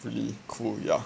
is really cool yeah